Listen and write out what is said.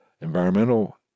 environmental